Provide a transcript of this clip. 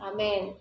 Amen